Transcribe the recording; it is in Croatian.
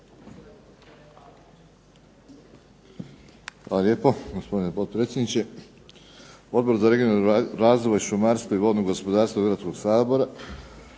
Hvala lijepo gospodine potpredsjedniče. Odbor za regionalni razvoj, šumarstvo i vodno gospodarstvo Hrvatskog sabora